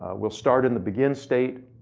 we'll start in the begin state,